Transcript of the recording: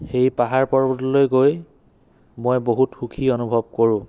সেই পাহাৰ পৰ্বতলৈ গৈ মই বহুত সুখী অনুভৱ কৰোঁ